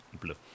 blue